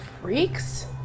freaks